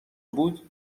بود